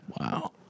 Wow